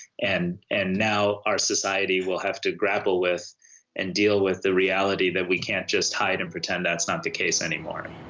and and now our society will have to grapple with and deal with the reality that we can't just hide and pretend that that's not the case anymore.